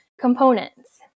components